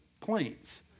planes